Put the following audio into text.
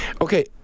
Okay